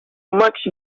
much